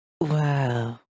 Wow